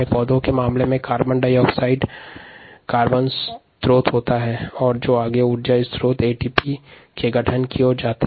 पौधों के मामले में कार्बन डाइऑक्साइड कार्बन स्रोत होता है जो आगे ऊर्जा स्रोत और एटीपी गठन करता हैं